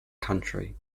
country